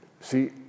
See